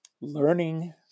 learning